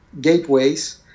Gateways